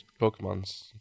Pokemon's